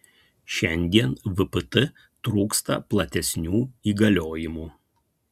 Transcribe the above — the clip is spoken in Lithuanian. šiandien vpt trūksta platesnių įgaliojimų